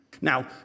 Now